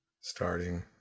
Starting